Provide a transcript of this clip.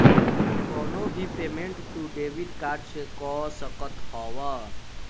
कवनो भी पेमेंट तू डेबिट कार्ड से कअ सकत हवअ